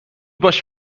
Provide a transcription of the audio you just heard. باش